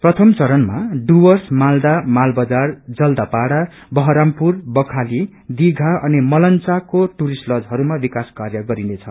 प्रामि चरणमा डुव्रस मालदा मालबजार जलदपाड़ा बहरमपुर बरवाली दिघा अनि मलनचाको टुरिष्ट जलहरूमा विकास कार्य गरिनेछ